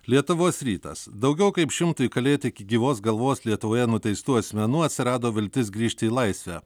lietuvos rytas daugiau kaip šimtui kalėti iki gyvos galvos lietuvoje nuteistų asmenų atsirado viltis grįžti į laisvę